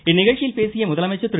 இந்நிகழ்ச்சியில் பேசிய முதலமைச்சர் திரு